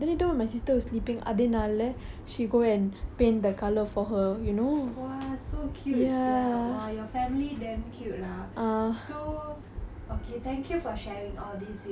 !wah! so cute sia !wah! your family damn cute lah so okay thank you for sharing all this with me it was nice meeting you see you soon bye